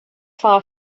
far